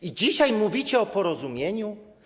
I dzisiaj mówicie o porozumieniu?